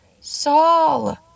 Saul